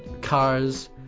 cars